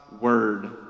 word